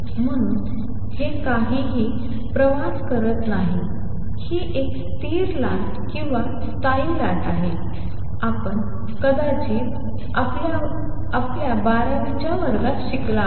म्हणून हे काहीही प्रवास करत नाही ही एक स्थिर लाट किंवा स्थायी लाट आहे आपण कदाचित आपल्या बाराविच्या वर्गात शिकलात